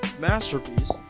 masterpiece